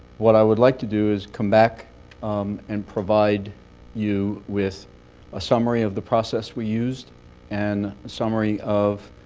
what i would like to do is come back um and provide you with a summary of the process we used and a summary of